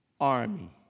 army